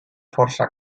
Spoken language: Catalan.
força